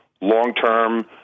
long-term